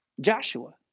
Joshua